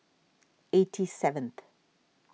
eighty seventh